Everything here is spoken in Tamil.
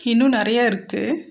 இன்னும் நிறைய இருக்குது